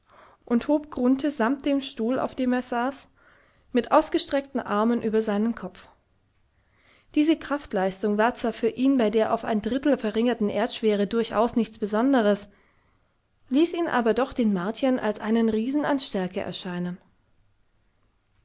und hob grunthe samt dem stuhl auf welchem er saß mit ausgestreckten armen über seinen kopf diese kraftleistung war zwar für ihn bei der auf ein drittel verringerten erdschwere durchaus nichts besonderes ließ ihn aber doch den martiern als einen riesen an stärke erscheinen